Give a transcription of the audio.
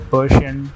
Persian